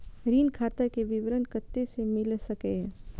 ऋण खाता के विवरण कते से मिल सकै ये?